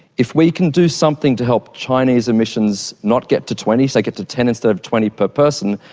if we can do something to help chinese emissions not get to twenty, say get to ten instead of twenty per person,